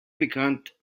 bekannt